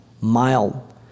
Mild